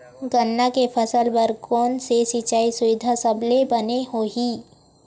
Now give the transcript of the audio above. गन्ना के फसल बर कोन से सिचाई सुविधा सबले बने होही?